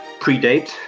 predate